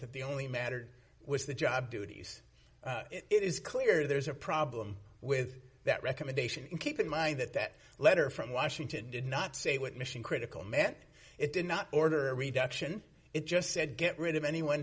that the only mattered was the job duties it is clear there's a problem with that recommendation keep in mind that that letter from washington did not say what mission critical meant it did not order a reduction it just said get rid of anyone